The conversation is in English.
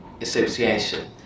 association